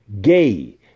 gay